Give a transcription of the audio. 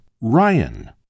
Ryan